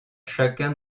chacun